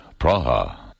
Praha